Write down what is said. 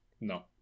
No